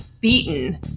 beaten